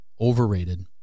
Overrated